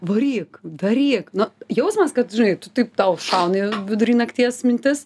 varyk daryk nu jausmas kad žinai tu taip tau šauna vidury nakties mintis